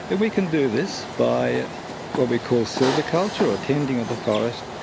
and we can do this by what we call silviculture, or tending of the forest,